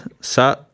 Sa